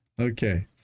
Okay